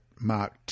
Mark